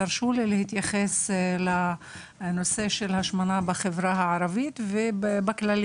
תרשו לי להתייחס לנושא של ההשמנה בחברה הערבית בפרט ובחברה בכלל.